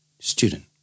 Student